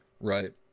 right